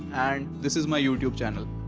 and this is my youtube channel,